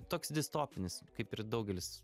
toks distopinis kaip ir daugelis